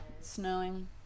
snowing